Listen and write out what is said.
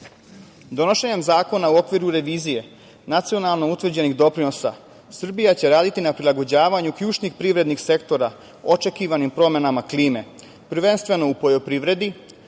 Donošenjem zakona u okviru revizije nacionalno utvrđenih doprinosa, Srbija će raditi na prilagođavanju ključnih privrednih sektora, očekivanim promenama klime, prvenstveno u poljoprivredi,